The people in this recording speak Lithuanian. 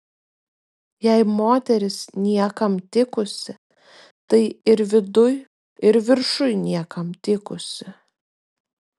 jei moteris niekam tikusi tai ir viduj ir viršuj niekam tikusi